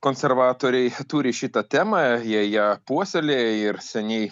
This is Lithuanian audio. konservatoriai turi šitą temą jie ją puoselėja ir seniai